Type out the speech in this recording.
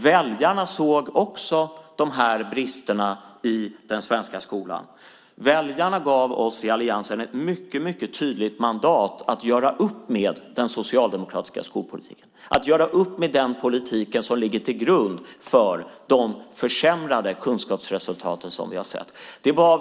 Väljarna såg också bristerna i den svenska skolan. Väljarna gav oss i alliansen ett mycket tydligt mandat att göra upp med den socialdemokratiska skolpolitiken, göra upp med den politik som ligger till grund för de försämrade kunskapsresultat som vi har sett.